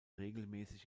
regelmäßig